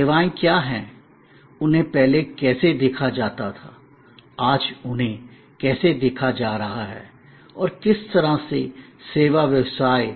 सेवाएं क्या हैं उन्हें पहले कैसे देखा जाता था आज उन्हें कैसे देखा जा रहा है और किस तरह से सेवा व्यवसाय